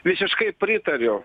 visiškai pritariu